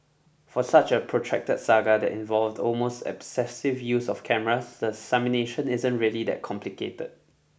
for such a protracted saga that involved almost obsessive use of cameras the isn't really that complicated